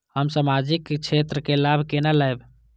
हम सामाजिक क्षेत्र के लाभ केना लैब?